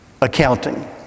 Accounting